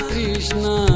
Krishna